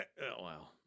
wow